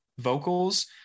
Vocals